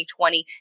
2020